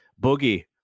Boogie